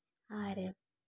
ᱟᱨ